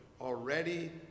already